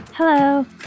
Hello